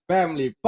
Family